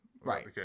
Right